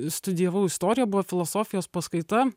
studijavau istoriją buvo filosofijos paskaita